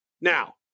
now